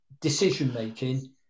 decision-making